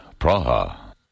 Praha